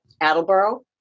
Attleboro